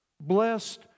blessed